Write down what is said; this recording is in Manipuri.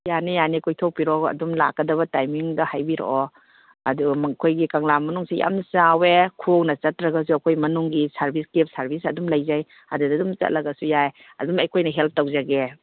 ꯌꯥꯅꯤ ꯌꯥꯅꯤ ꯀꯣꯏꯊꯣꯛꯄꯤꯔꯛꯑꯣ ꯑꯗꯨꯝ ꯂꯥꯛꯀꯗꯕ ꯇꯥꯏꯃꯤꯡꯗ ꯍꯥꯏꯕꯤꯔꯛꯑꯣ ꯑꯗꯨ ꯑꯩꯈꯣꯏꯒꯤ ꯀꯪꯂꯥ ꯃꯅꯨꯡꯁꯤ ꯌꯥꯝ ꯆꯥꯎꯏ ꯈꯣꯡꯅ ꯆꯠꯇ꯭ꯔꯒꯁꯨ ꯑꯩꯈꯣꯏ ꯃꯅꯨꯡꯒꯤ ꯁꯥꯔꯚꯤꯁ ꯀꯦꯞ ꯁꯔꯚꯤꯁ ꯑꯗꯨꯝ ꯂꯩꯖꯩ ꯑꯗꯨꯗ ꯑꯗꯨꯝ ꯆꯠꯂꯒꯁꯨ ꯌꯥꯏ ꯑꯗꯨꯝ ꯑꯩꯈꯣꯏ ꯅ ꯍꯦꯜꯞ ꯇꯧꯖꯒꯦ